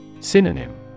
Synonym